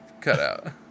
cutout